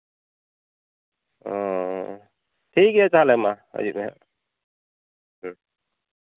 ᱚᱻ ᱴᱷᱤᱠ ᱜᱮᱭᱟ ᱛᱟᱦᱚᱞᱮ ᱢᱟ ᱦᱤᱡᱩᱜ ᱢᱮᱦᱟᱸᱜ ᱦᱮᱸ